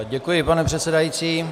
Děkuji, pane předsedající.